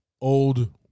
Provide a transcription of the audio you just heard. Old